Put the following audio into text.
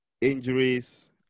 injuries